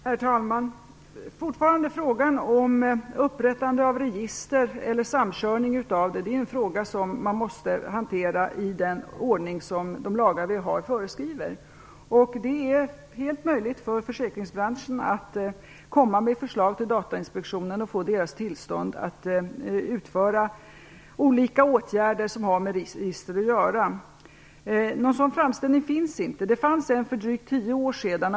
Herr talman! Fortfarande måste frågan om upprättande av register eller samkörning av sådana hanteras i den ordning som de lagar som vi har föreskriver. Det är fullt möjligt för försäkringsbranschen att komma med förslag till Datainspektionen och sedan få tillstånd att utföra olika åtgärder som har med register att göra. Någon sådan framställning finns inte. Det fanns en för drygt tio år sedan.